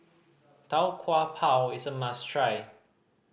Tau Kwa Pau is a must try